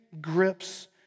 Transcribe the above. grips